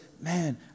man